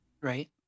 right